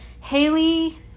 Haley